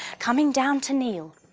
coming down to kneel.